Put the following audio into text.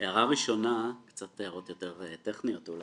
הערה ראשונה, קצת הערות טכניות אולי.